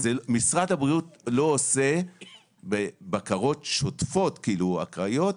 משרד הבריאות לא עושה בקרות שוטפות אקראיות